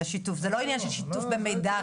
זה לא עניין של שיתוף במידע,